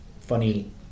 funny